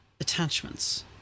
attachments